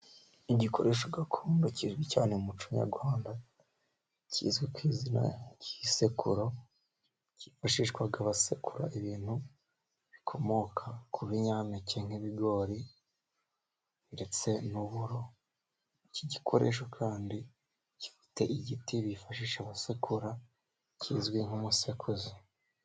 Igikoresho gakondo kizwi cyane muco nyarwanda kizwi ku izina ry'isekuru, cyifashishwa basekura ibintu bikomoka ku binyampeke nk'ibigori ndetse n'uburo, iki gikoresho kandi gifite igiti bifashisha basekura kizwi nk'umusekuzo.